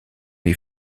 die